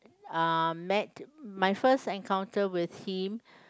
uh met my first encounter with him